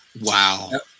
Wow